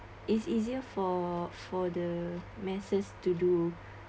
it's easier for for the masses to do